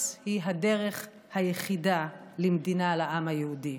היא הדרך היחידה למדינה לעם היהודי.